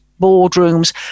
boardrooms